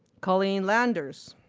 colleen landers,